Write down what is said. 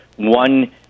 one